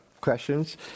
questions